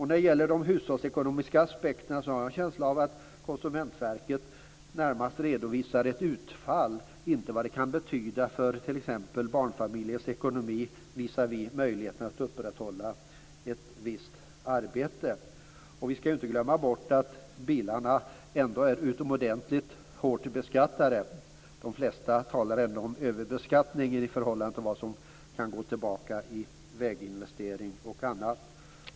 När det gäller de hushållsekonomiska aspekterna har jag en känsla av att Konsumentverket närmast redovisar ett utfall, inte vad det kan betyda för t.ex. barnfamiljens ekonomi visavi möjligheten att upprätthålla ett visst arbete. Vi skall inte heller glömma bort att bilarna ändå är utomordentligt hårt beskattade. De flesta talar om överbeskattning i förhållande till vad som kan gå tillbaka till väginvesteringar och annat.